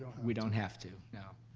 we don't have to, no.